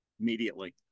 immediately